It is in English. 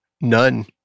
None